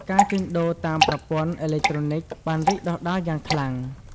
ការជួញដូរតាម ប្រព័ន្ធអេឡិចត្រូនិក បានរីកដុះដាលយ៉ាងខ្លាំង។